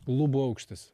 lubų aukštis